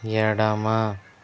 యడమ